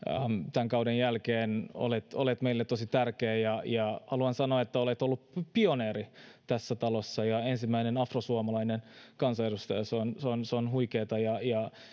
tämän kauden jälkeen olet meille tosi tärkeä ja ja haluan sanoa että olet ollut pioneeri tässä talossa ensimmäinen afrosuomalainen kansanedustaja se on huikeata ja ja